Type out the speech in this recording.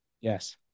Yes